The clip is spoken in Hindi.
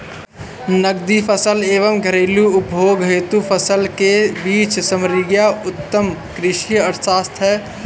नकदी फसल एवं घरेलू उपभोग हेतु फसल के बीच सामंजस्य उत्तम कृषि अर्थशास्त्र है